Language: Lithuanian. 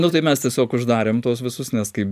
nu tai mes tiesiog uždarėm tuos visus nes kaip